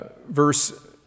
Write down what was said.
verse